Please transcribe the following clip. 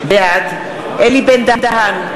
בעד אלי בן-דהן,